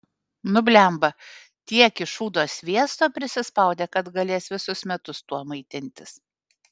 nu blemba tiek iš šūdo sviesto prisispaudė kad galės visus metus tuo maitintis